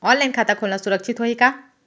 Online खाता खोलना सुरक्षित होही का?